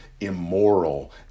Immoral